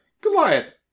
Goliath